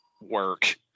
work